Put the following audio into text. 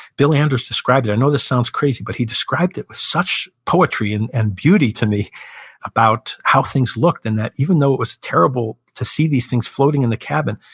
bill anders described it, i know this sounds crazy, but he described it with such poetry and and beauty to me about how things looked and that, even though it was terrible to see these things floating in the cabin,